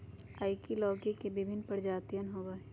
ivy लौकी के विभिन्न प्रजातियन होबा हई